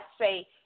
say –